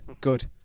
good